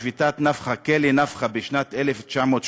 בשביתת נפחא, כלא "נפחא", בשנת 1980